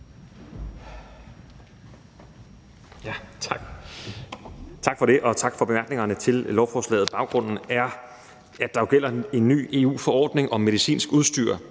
Tak for det, og tak for bemærkningerne til lovforslaget. Baggrunden er, at der jo gælder en ny EU-forordning om medicinsk udstyr